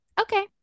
okay